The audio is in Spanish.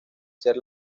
ser